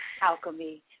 alchemy